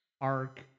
arc